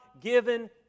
given